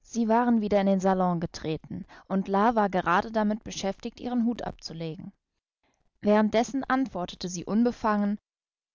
sie waren wieder in den salon getreten und la war gerade damit beschäftigt ihren hut abzulegen währenddessen antwortete sie unbefangen